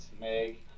Meg